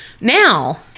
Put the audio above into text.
now